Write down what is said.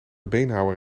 beenhouwer